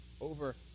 over